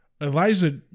Eliza